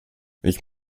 ich